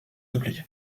oublié